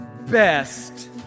best